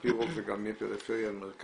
על פי רוב זה יהיה פריפריה ומרכז,